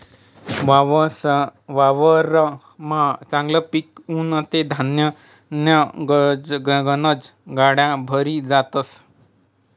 वावरमा चांगलं पिक उनं ते धान्यन्या गनज गाड्या भरी जातस